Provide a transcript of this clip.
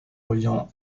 reliant